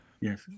Yes